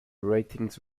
ratings